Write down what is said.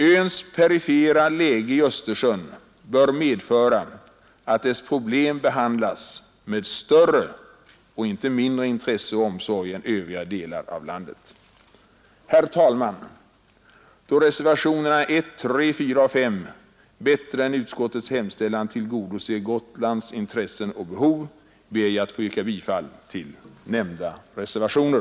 Öns perifera läge i Östersjön bör medföra att dess problem behandlas med större — och inte mindre — intresse och omsorg än problemen inom övriga delar av landet. Herr talman! Då reservationerna 1, 3, 4 och 5 bättre än utskottets hemställan tillgodoser Gotlands intressen och behov ber jag att få yrka bifall till nämnda reservationer.